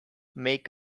make